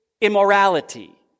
immorality